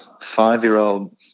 five-year-old